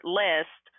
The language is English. list